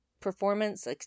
performance